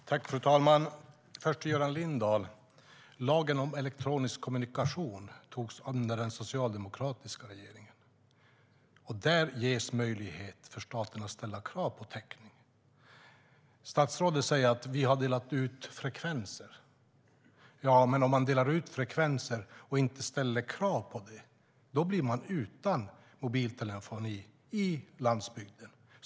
Fru talman! Först vill jag säga till Göran Lindell att lagen om elektronisk kommunikation antogs under den socialdemokratiska regeringen. I den ges möjlighet för staten att ställa krav på täckning. Statsrådet säger: Vi har delat ut frekvenser. Ja, men om man delar ut frekvenser och inte ställer krav på täckning blir man utan mobiltelefoni på landsbygden.